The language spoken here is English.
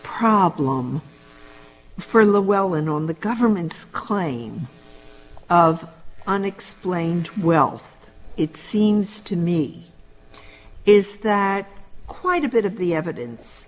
problem for the well and on the government's claim of unexplained wealth it seems to me is that quite a bit of the evidence